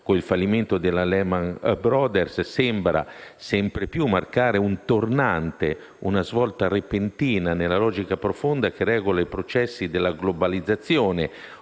con il fallimento della Lehman Brothers sembra sempre più marcare un tornante, una svolta repentina nella logica profonda che regola i processi della globalizzazione